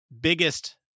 biggest